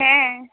হ্যাঁ